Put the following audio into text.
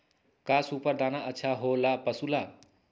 का सुपर दाना अच्छा हो ला पशु ला?